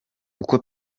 uko